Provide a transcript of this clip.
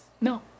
No